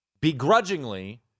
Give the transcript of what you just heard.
begrudgingly